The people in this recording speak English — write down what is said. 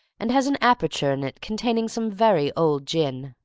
and has an aperture in it containing some very old gin.